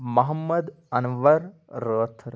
Mohammad Anwar Rather